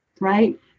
Right